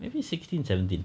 maybe sixteen seventeen